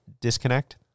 disconnect